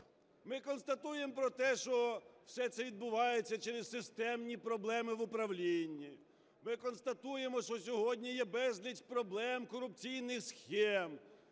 Ми констатуємо про те, що все це відбувається через системні проблеми в управлінні. Ми констатуємо, що сьогодні є безліч проблем, корупційних схем.